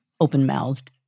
open-mouthed